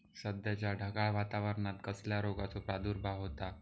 सध्याच्या ढगाळ वातावरणान कसल्या रोगाचो प्रादुर्भाव होता?